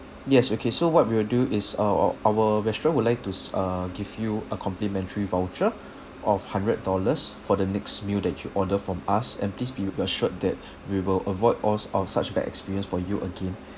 yes okay so what we will do is uh our our restaurant would like to s~ uh give you a complimentary voucher of hundred dollars for the next meal that you order from us and please be assured that we will avoid all uh such bad experience for you again